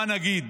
מה נגיד?